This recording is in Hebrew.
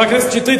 חבר הכנסת שטרית,